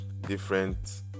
different